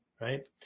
Right